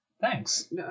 Thanks